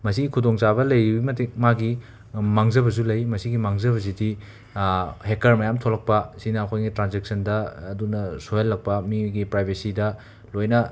ꯃꯁꯤꯒꯤ ꯈꯨꯗꯣꯡꯆꯥꯕ ꯂꯩꯔꯤꯃꯇꯤꯛ ꯃꯥꯒꯤ ꯃꯥꯡꯖꯕꯁꯨ ꯂꯩ ꯃꯁꯤꯒꯤ ꯃꯥꯡꯖꯕꯁꯤꯗꯤ ꯍꯦꯀꯔ ꯃꯌꯥꯝ ꯊꯣꯛꯂꯛꯄ ꯁꯤꯅ ꯑꯩꯈꯣꯏꯒꯤ ꯇ꯭ꯔꯥꯟꯖꯦꯛꯁꯟꯗ ꯑꯗꯨꯅ ꯁꯣꯏꯍꯜꯂꯛꯄ ꯃꯤꯒꯤ ꯄ꯭ꯔꯥꯏꯕꯦꯁꯤꯗ ꯂꯣꯏꯅ